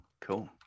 cool